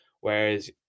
whereas